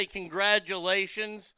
congratulations